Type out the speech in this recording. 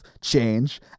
change